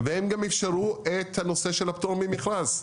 והם גם אפשרו את הנושא של הפטור ממכרז.